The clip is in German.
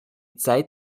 zeit